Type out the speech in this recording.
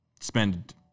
spend